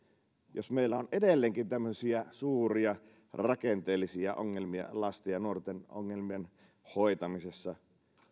jos meillä on edelleenkin tämmöisiä suuria rakenteellisia ongelmia lasten ja nuorten ongelmien hoitamisessa